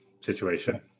situation